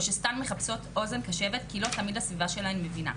או שסתם מחפשות אוזן קשבת כי לא תמיד הסביבה שלהן מבינה.